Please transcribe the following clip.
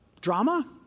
drama